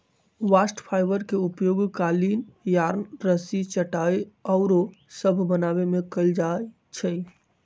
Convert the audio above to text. bast fibre के उपयोग कालीन, यार्न, रस्सी, चटाइया आउरो सभ बनाबे में कएल जाइ छइ